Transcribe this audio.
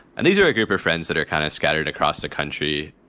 and these are a group of friends that are kind of scattered across the country.